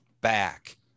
back